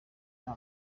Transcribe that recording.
nta